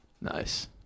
Nice